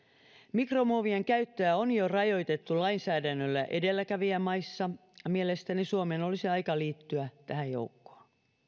mikromuovien käyttöä on jo rajoitettu lainsäädännöllä edelläkävijämaissa ja mielestäni suomen olisi aika liittyä tähän joukkoon